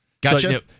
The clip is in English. Gotcha